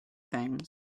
things